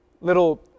little